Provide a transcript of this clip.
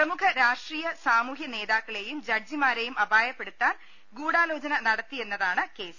പ്രമുഖ രാഷ്ട്രീയ സാമൂഹ്യ നേതാക്കളെയും ജഡ്ജിമാ രെയും അപായപ്പെടുത്താൻ ഗൂഢാലോചന നടത്തിയെന്നാണ് കേസ്